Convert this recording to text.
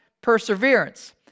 perseverance